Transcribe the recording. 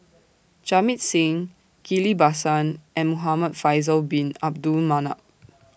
Jamit Singh Ghillie BaSan and Muhamad Faisal Bin Abdul Manap